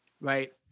right